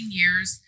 years